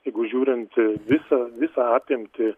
jeigu žiūrint visą visą apimtį